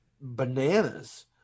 bananas